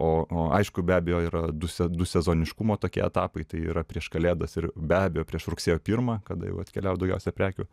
o o aišku be abejo yra du se du sezoniškumo tokie etapai tai yra prieš kalėdas ir be abejo prieš rugsėjo pirmą kada jau atkeliauja daugiausia prekių